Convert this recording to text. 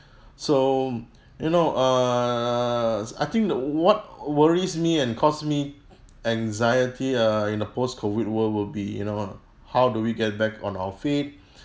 so you know err I think the what worries me and cause me anxiety uh in the post COVID world will be you know how do we get back on our feet